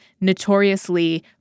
notoriously